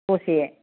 दसे